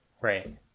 Right